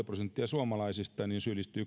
prosenttia suomalaisista syyllistyy